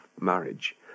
marriage